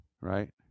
Right